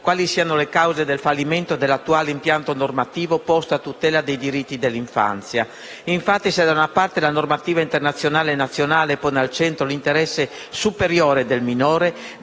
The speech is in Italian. quali siano le cause del fallimento dell'attuale impianto normativo posto a tutela dei diritti dell'infanzia. Infatti, se da una parte la normativa internazionale e nazionale pone al centro l'interesse superiore del minore,